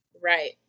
Right